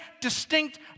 distinct